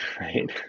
Right